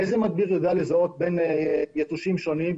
איזה מדביר יודע לזהות בין יתושים שונים,